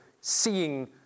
seeing